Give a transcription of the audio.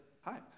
hi